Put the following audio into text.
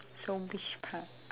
so which part